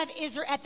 Israel